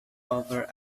over